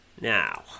Now